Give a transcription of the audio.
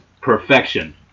perfection